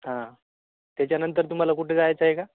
हां त्याच्यानंतर तुम्हाला कुठं जायचं आहे का